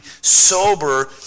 sober